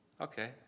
Okay